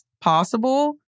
possible